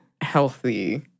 healthy